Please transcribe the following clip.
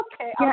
okay